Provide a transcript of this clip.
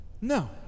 No